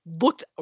looked